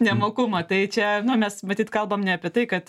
nemokumą tai čia mes matyt kalbam ne apie tai kad